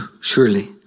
surely